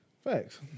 Facts